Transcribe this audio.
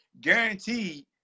guaranteed